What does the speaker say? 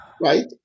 right